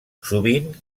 sovint